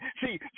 See